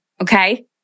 okay